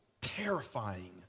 terrifying